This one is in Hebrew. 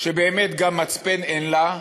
שבאמת גם מצפן אין לה.